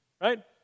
right